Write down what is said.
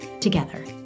together